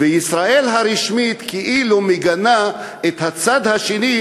וישראל הרשמית כאילו מגנה את הצד השני,